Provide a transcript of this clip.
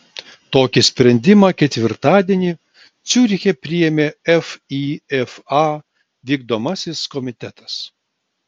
tokį sprendimą ketvirtadienį ciuriche priėmė fifa vykdomasis komitetas